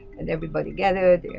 and everybody gathered,